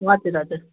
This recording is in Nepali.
हजुर हजुर